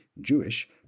Jewish